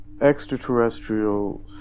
extraterrestrial